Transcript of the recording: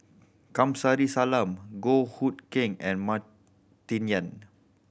Kamsari Salam Goh Hood Keng and Martin Yan